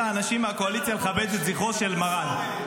האנשים מהקואליציה לכבד את זכרו של מרן.